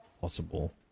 possible